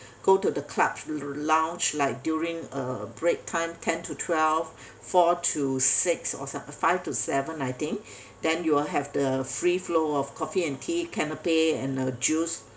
go to the club's lounge like during uh break time ten to twelve four to six or five to seven I think then you will have the free flow of coffee and tea canopy and uh juice